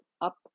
up